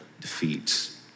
defeats